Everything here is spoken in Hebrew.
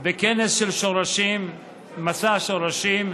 בכנס של מסע שורשים,